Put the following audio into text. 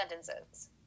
sentences